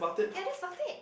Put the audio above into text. yeah that's about it